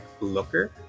looker